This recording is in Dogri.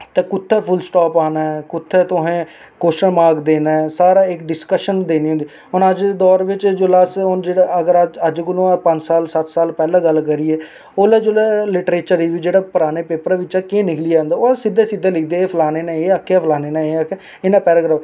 ते कु'त्थें फुलस्टाप पाना ऐ कु'त्थें तुसें कव्शन मार्क देना ऐ सारी इक डिस्कशन देनी होंदी ऐ हून अज्ज दे दौर बिच्च जेल्लै हून अस जेल्लै अगर अज्ज कोला पंज साल सत्त साल पैह्ला गल्ल करियै ओह्लै जिसलै लिट्रेचर रब्यू जेह्ड़ा पराने पेपर बिच्चा केह् निकलियै आंदा ओह् सिद्धा सिद्धा लिखदे हे फलाने ने एह् आखेआ फलाने ने एह् आखेआ इ'यां पैराग्राफ